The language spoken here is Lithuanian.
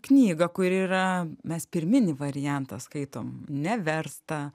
knygą kuri yra mes pirminį variantą skaitom neverstą